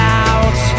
out